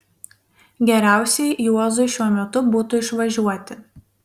geriausiai juozui šiuo metu būtų išvažiuoti